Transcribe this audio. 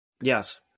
Yes